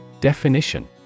Definition